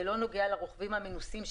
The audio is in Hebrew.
זה לא נוגע לרוכבים המנוסים.